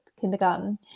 kindergarten